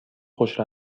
خوش